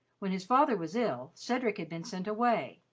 when his father was ill, cedric had been sent away,